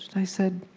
i said,